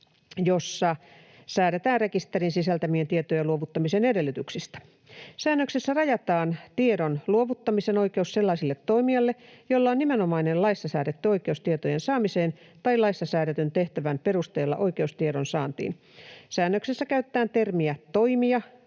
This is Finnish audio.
jossa säädetään rekisterin sisältämien tietojen luovuttamisen edellytyksistä. Säännöksessä rajataan tiedon luovuttamisen oikeus sellaiselle toimijalle, jolla on nimenomainen laissa säädetty oikeus tietojen saamiseen tai laissa säädetyn tehtävän perusteella oikeus tiedonsaantiin. Säännöksessä käytetään termiä ”toimija”,